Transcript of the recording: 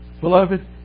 Beloved